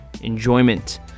enjoyment